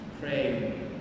pray